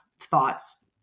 thoughts